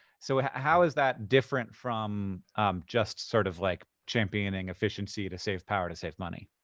so how is that different from just sort of, like, championing efficiency to save power to save money?